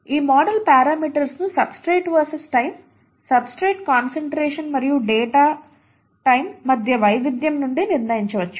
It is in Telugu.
ఈ మోడల్ పారామీటర్స్ లను substrate versus time substrate concentration మరియు టైమ్ డేటా మధ్య వైవిధ్యం నుండి నిర్ణయించవచ్చు